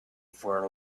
for